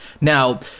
Now